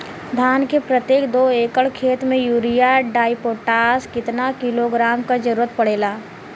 धान के प्रत्येक दो एकड़ खेत मे यूरिया डाईपोटाष कितना किलोग्राम क जरूरत पड़ेला?